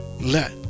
Let